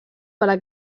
para